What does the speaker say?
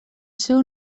seu